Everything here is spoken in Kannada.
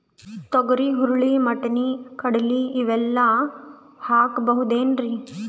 ತೊಗರಿ, ಹುರಳಿ, ವಟ್ಟಣಿ, ಕಡಲಿ ಇವೆಲ್ಲಾ ಹಾಕಬಹುದೇನ್ರಿ?